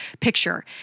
picture